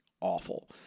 awful